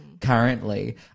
currently